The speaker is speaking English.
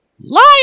Liar